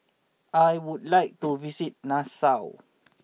I would like to visit Nassau